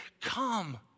come